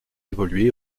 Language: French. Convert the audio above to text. évolué